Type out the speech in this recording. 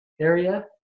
area